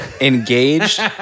engaged